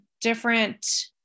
different